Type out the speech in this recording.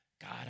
God